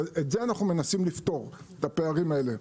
ואת זה אנחנו מנסים לפתור את הפערים האלה.